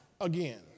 again